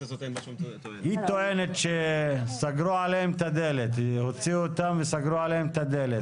היא טוענת שהוציאו אותם וסגרו עליהם את הדלת.